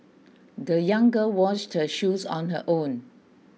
the young girl washed her shoes on her own